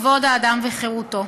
כבוד האדם וחירותו.